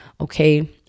okay